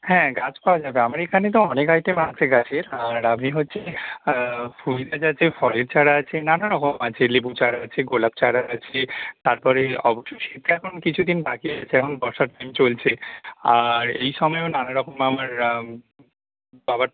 হ্যাঁ গাছ পাওয়া যাবে আমার এখানে তো অনেক আইটেম আছে গাছের আর আপনি হচ্ছে ফুল গাছ আছে ফলের চারা আছে নানা রকম আছে লেবু চারা আছে গোলাপ চারা আছে তার পরে অবশ্য শীতের এখন কিছু দিন বাকি আছে এখন বর্ষার চলছে আর এই সময়ও নানা রকম আমার পাওয়ার